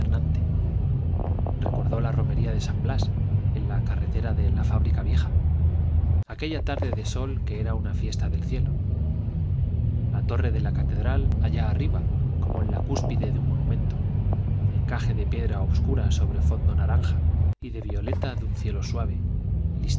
recordó la romería de san blas en la carretera de la fábrica vieja aquella tarde de sol que era una fiesta del cielo la torre de la catedral allá arriba como en la cúspide de un monumento encaje de piedra obscura sobre fondo de naranja y de violeta de un cielo suave